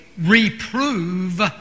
reprove